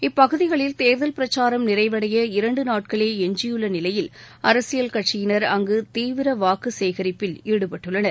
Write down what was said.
இப்பகுதிகளில் தேர்தல் பிரச்சாரம் நிறைவடைய இரண்டு நாட்களே எஞ்சியுள்ள நிலையில் அரசியல் கட்சியினர் அங்கு தீவிர வாக்கு சேகரிப்பில் ஈடுபட்டுள்ளனர்